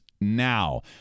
now